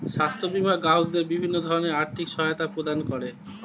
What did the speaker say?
স্বাস্থ্য বীমা গ্রাহকদের বিভিন্ন ধরনের আর্থিক সহায়তা প্রদান করে